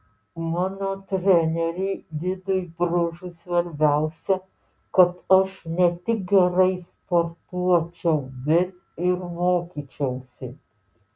mano treneriui vidui bružui svarbiausia kad aš ne tik gerai sportuočiau bet ir mokyčiausi